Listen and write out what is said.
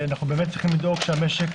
אנחנו באמת צריכים לדאוג שהמשק